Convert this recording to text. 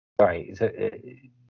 Sorry